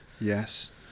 Yes